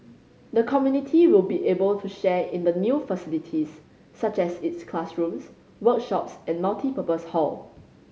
the community will be able to share in the new facilities such as its classrooms workshops and multipurpose hall